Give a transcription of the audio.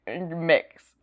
mix